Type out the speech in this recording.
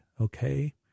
okay